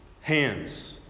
Hands